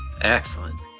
Excellent